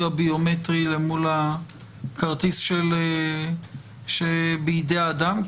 הביומטרי אל מול הכרטיס שבידי האדם?